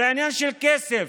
זה עניין של כסף,